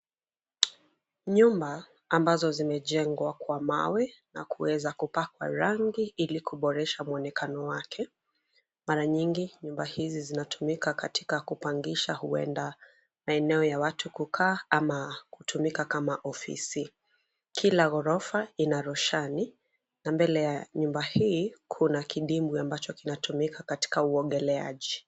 Nyumba ambazo zimejengwa kwa mawe na kuweza kupakwa rangi ili kuboresha muonekano wake. Mara nyingi nyumba hizi zinatumika katika kupangisha, huenda maeneo ya watu kukaa ama kutumika kama ofisi. Kila ghorofa ina rushani na mbele ya nyumba hii kuna kidimbwi ambacho kinatumika katika uogeleaji.